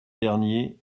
dernier